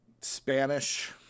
Spanish